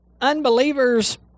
unbelievers